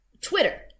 Twitter